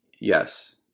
yes